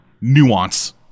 Nuance